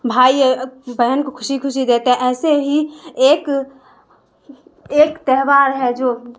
بھائی بہن کو خوشی خوشی دیتے ہے ایسے ہی ایک ایک تہوار ہے جو